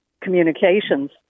communications